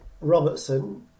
Robertson